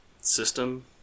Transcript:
system